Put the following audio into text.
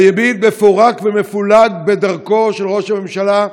הימין מפורק ומפולג בדרכו של ראש הממשלה.